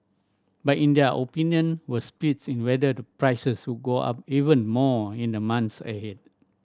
but in their opinion were splits in whether the prices would go up even more in the months ahead